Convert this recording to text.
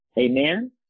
Amen